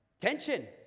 tension